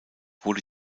wurde